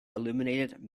illuminated